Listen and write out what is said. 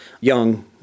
young